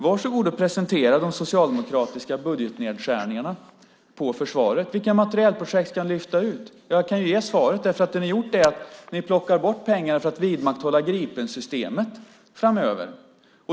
Varsågod och presentera de socialdemokratiska budgetnedskärningarna på försvaret! Vilka materielprojekt ska ni lyfta ut? Jag kan ge svaret. Ni plockar bort pengar för att vidmakthålla Gripensystemet framöver.